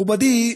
מכובדי,